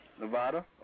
Nevada